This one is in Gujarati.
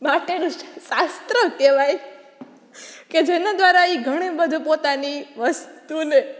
માટેનું શાસ્ત્ર કહેવાય કે જેના દ્વારા ઈ ઘણે બધું પોતાની વસ્તુને